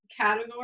category